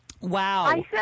Wow